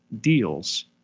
deals